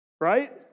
right